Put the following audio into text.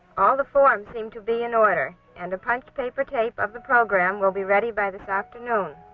all the forms seem to be in order and a punch paper tape of the program will be ready by this afternoon.